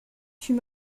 fut